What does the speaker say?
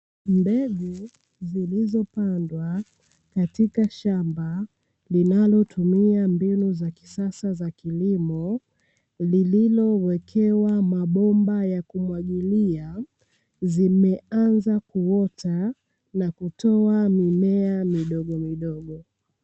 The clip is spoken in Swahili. Mbegu zilizopandwa katika shamba linalotumia mbinu za kisasa za kilimo, lililowekewa mabomba ya kumwagilia, zimeanza kuota na kutoa mimea midogomidogo.